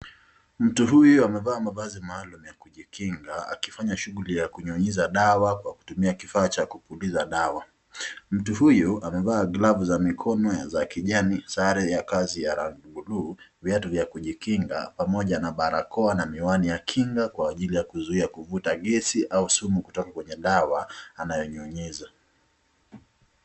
Mtu huyu amevaa mavazi maalum ya kujikinga akifanya shughuli ya kunyunyiza dawa kwa kutumia kifaa cha kupuliza dawa. Mtu huyu amevaa glavu za mikono za kijani, sare ya kazi ya buluu, viatu vya kujikinga pamoja na barakoa na miwani ya kinga kwa ajili ya kujizuia kuvuta gesi au sumu kutoka kwenye dawa anayonyunyiza.